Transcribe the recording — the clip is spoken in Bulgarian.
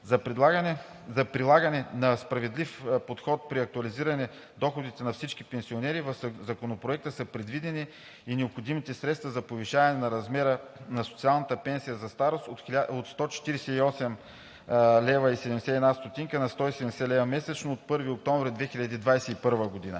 За прилагане на справедлив подход при актуализиране доходите на всички пенсионери в Законопроекта са предвидени и необходимите средства за повишаване размера на социалната пенсия за старост от 148,71 лв. на 170 лв. месечно от 1 октомври 2021 г.